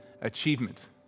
achievement